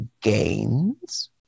gains